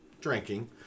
drinking